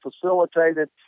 facilitated